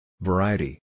Variety